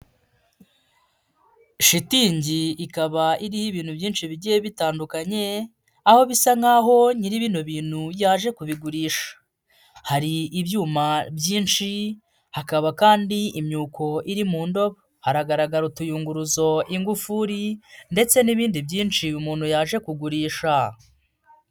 Shitingi ikaba iriho ibintu byinshi bigiye bitandukanye aho bisa nk'aho nyiri bibo bintu yaje kubigurisha, hari ibyuma byinshi hakaba kandi imyuko iri mu ndobo, hagaragara utuyunguruzo, ingufuri ndetse n'ibindi byinshi umuntu yaje kugurarisha.